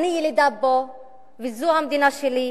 אני ילידה פה וזו המולדת שלי.